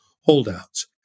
holdouts